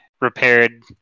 repaired